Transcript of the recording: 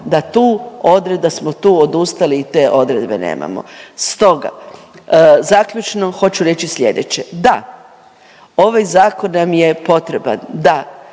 da smo tu odustali i te odredbe nemamo. Stoga, zaključno hoću reći slijedeće. Da, ovaj zakon nam je potreba. Da,